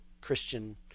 Christian